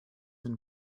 and